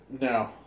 no